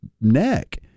neck